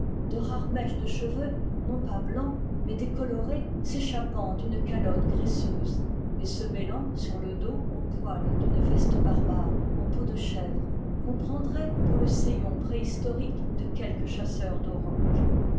de rares mèches de cheveux non pas blancs mais décolorés s'échappant d'une calotte graisseuse et se mêlant sur le dos aux poils d'une veste barbare en peau de chèvre qu'on prendrait pour le sayon préhistorique de quelque chasseur